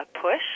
push